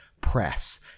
press